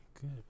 good